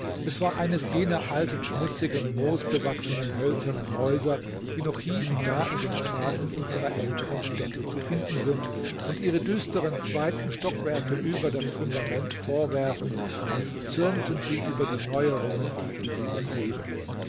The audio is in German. es war eines jener alten schmutzigen moosbewachsenen hölzernen häuser die noch hie und da in den straßen unserer älteren städte zu finden sind und ihre düsteren zweiten stockwerke über das fundament vorwerfen als zürnten sie über die neuerungen die sie umgeben